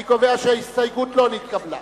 אני קובע שההסתייגות לא נתקבלה.